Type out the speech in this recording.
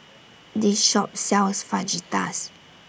This Shop sells Fajitas